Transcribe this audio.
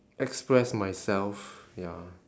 express myself ya